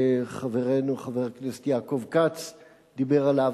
שחברנו חבר הכנסת יעקב כץ דיבר עליו,